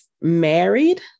married